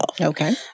Okay